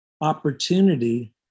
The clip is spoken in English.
opportunity